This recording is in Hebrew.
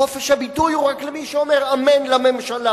חופש הביטוי הוא רק למי שאומר אמן לממשלה.